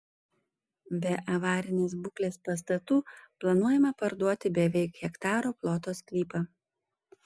be avarinės būklės pastatų planuojama parduoti beveik hektaro ploto sklypą